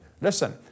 Listen